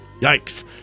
Yikes